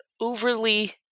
overly